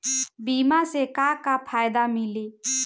बीमा से का का फायदा मिली?